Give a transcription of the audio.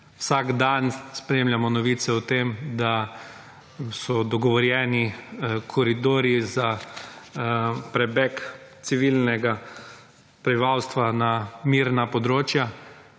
Vsak dan spremljamo novice o tem, da so dogovorjeni koridorji za prebeg civilnega prebivalstva na mirna področja.